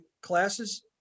classes